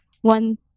one